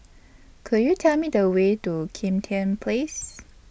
Could YOU Tell Me The Way to Kim Tian Place